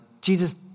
Jesus